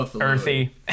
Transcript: Earthy